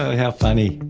ah how funny